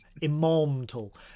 Immortal